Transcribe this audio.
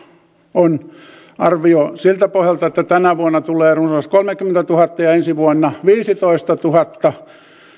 on arvio siltä pohjalta että tänä vuonna tulee runsas kolmekymmentätuhatta ja ensi vuonna viisitoistatuhatta